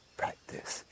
practice